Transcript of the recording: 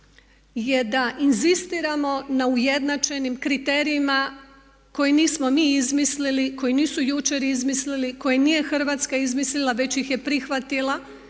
je da inzistiramo na ujednačenim kriterijima koje nismo mi izmislili, koji nisu jučer izmislili, koji nije Hrvatska izmislila već ih je prihvatila